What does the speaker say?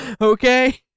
Okay